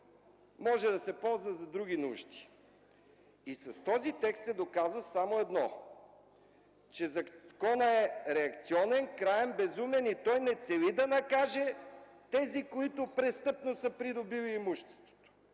може да се ползва за други нужди. С този текст се доказва само едно: законът е реакционен, краен, безумен и той не цели да накаже тези, които престъпно са придобили имуществата.